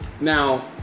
Now